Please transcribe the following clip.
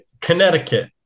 Connecticut